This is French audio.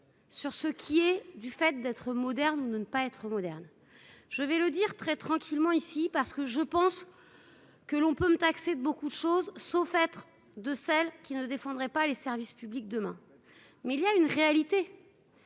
Sur ce qui est du fait d'être moderne ne ne pas être moderne, je vais le dire très tranquillement, ici parce que je pense que l'on peut me taxer de beaucoup de choses sauf être de celles qui ne défendrait pas les services publics demain mais il y a une réalité.